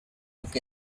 took